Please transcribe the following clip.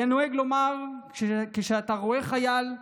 היה נוהג לומר: כשאתה רואה חייל,